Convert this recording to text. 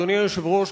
אדוני היושב-ראש,